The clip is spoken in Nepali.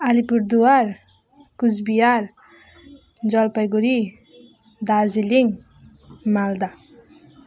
अलिपुरद्वार कुचबिहार जलपाइगुडी दार्जिलिङ मालदा